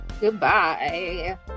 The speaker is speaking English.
goodbye